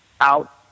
out